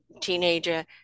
teenager